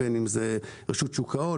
בין אם רשות שוק ההון,